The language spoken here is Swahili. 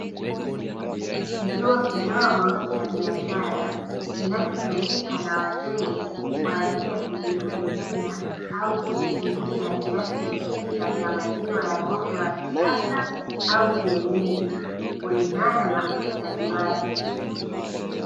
Kituo kidogo cha biashara kinachotumika na wateja kwa ajili ya kujihudumia au kujipimia kiasi husika cha maziwa ya ng'ombe wa kisasa au kienyeji kulingana na uhitaji wake.